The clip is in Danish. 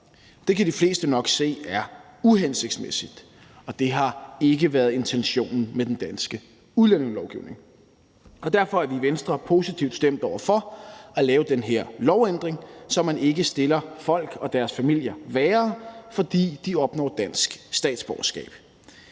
Det kan de fleste nok se er uhensigtsmæssigt, og det har ikke været intentionen med den danske udlændingelovgivning. Derfor er vi i Venstre positivt stemt over for at lave den her lovændring, så man ikke stiller folk og deres familier værre, fordi de opnår dansk statsborgerskab.